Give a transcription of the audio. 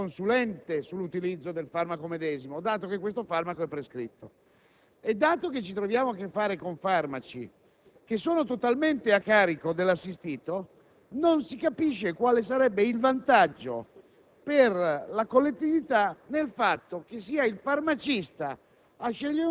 agente dell'operazione di commercio del farmaco che non un consulente sull'utilizzo del farmaco medesimo, dato che questo farmaco è prescritto. Dato che abbiamo a che fare con farmaci che sono totalmente a carico dell'assistito, non si capisce quale sarebbe il vantaggio